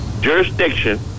jurisdiction